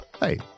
Hey